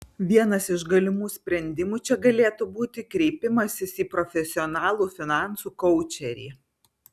vienas iš galimų sprendimų čia galėtų būti kreipimasis į profesionalų finansų koučerį